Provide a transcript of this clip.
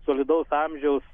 solidaus amžiaus